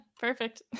perfect